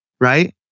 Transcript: Right